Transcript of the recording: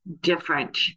different